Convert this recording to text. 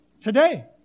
today